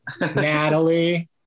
Natalie